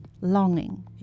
longing